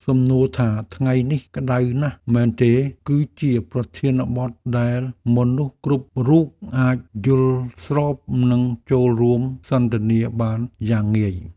សំណួរថាថ្ងៃនេះក្តៅណាស់មែនទេ គឺជាប្រធានបទដែលមនុស្សគ្រប់រូបអាចយល់ស្របនិងចូលរួមសន្ទនាបានយ៉ាងងាយ។